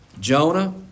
Jonah